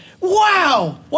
Wow